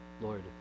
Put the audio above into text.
Lord